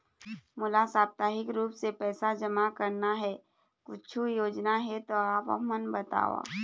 मोला साप्ताहिक रूप से पैसा जमा करना हे, कुछू योजना हे त आप हमन बताव?